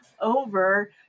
over